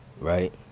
right